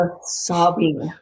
sobbing